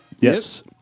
yes